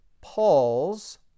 Paul's